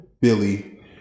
Billy